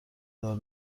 دار